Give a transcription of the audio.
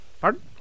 Pardon